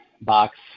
box